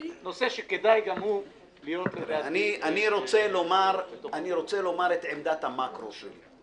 נושא שכדאי גם הוא להיות --- אני רוצה לומר את עמדת המקרו שלי,